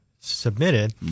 submitted